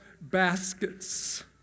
baskets